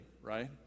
right